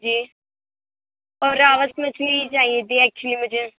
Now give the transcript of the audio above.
جی اور راوس مچھلی چاہیے تھی ایکچولی مجھے